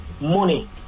money